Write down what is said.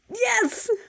Yes